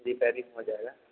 repairing हो जाएगा